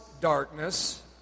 darkness